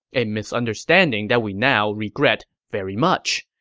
a misunderstanding that we now regret very much.